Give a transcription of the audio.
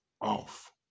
off